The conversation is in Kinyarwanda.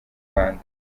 rwanda